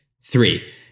Three